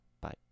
Bye